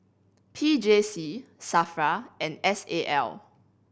P J C SAFRA and S A L